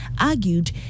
argued